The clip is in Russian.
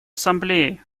ассамблее